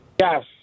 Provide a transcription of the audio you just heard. Yes